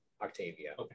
Octavia